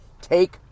take